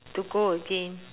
to go again